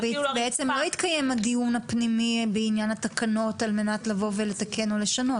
בעצם לא התקיים הדיון הפנימי בעניין התקנות על מנת לתקן ולשנות.